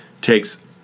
takes